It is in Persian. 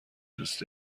دوست